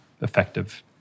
effective